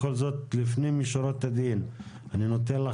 בכל זאת לפנים משורת הדין אני נותן את